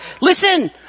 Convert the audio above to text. listen